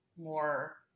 more